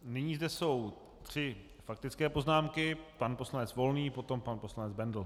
Nyní zde jsou tři faktické poznámky: pan poslanec Volný, potom pan poslanec Bendl.